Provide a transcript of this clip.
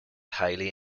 highly